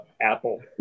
Apple